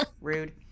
rude